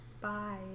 Bye